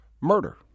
murder